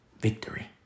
Victory